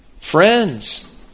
Friends